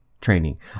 training